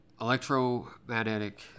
electromagnetic